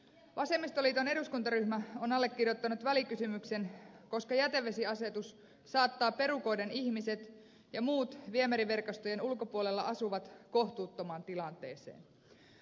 vasemmistoliiton eduskuntaryhmä on allekirjoittanut välikysymyksen koska jätevesiasetus saattaa perukoiden ihmiset ja muut viemäriverkostojen ulkopuolella asuvat kohtuuttomaan tilanteeseen